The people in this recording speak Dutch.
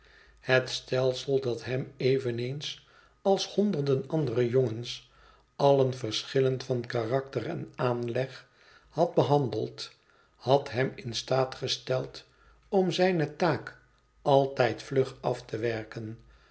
het stelsel dat hem eveneens als honderden andere jongens allen verschillend van karakter en aanleg had behandeld had hem in staat gesteld om zijne taak altijd vlug af te werken